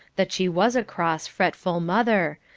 that she was a cross, fretful mother,